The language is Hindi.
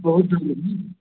बहुत हैं यह भी